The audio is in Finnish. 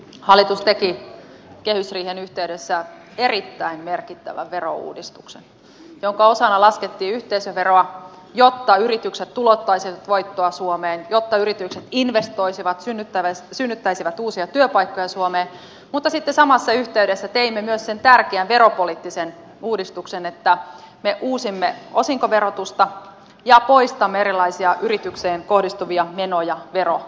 hallitus teki kehysriihen yhteydessä erittäin merkittävän verouudistuksen jonka osana laskettiin yhteisöveroa jotta yritykset tulouttaisivat voittoa suomeen jotta yritykset investoisivat synnyttäisivät uusia työpaikkoja suomeen mutta sitten samassa yhteydessä teimme myös sen tärkeän veropoliittisen uudistuksen että me uusimme osinkoverotusta ja poistamme erilaisia yritykseen kohdistuvia menoja verotukia